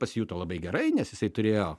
pasijuto labai gerai nes jisai turėjo